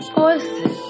voices